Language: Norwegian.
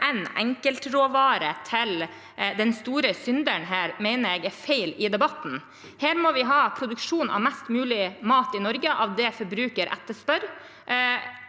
én enkeltråvare til den store synderen her, mener jeg er feil i debatten. Her må vi ha produksjon av mest mulig mat i Norge, av det forbrukerne etterspør.